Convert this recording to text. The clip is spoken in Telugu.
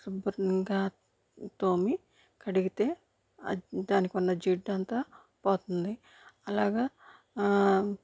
శుభ్రంగా తోమి కడిగితే దానికి ఉన్న జిడ్డు అంతా పోతుంది అలాగ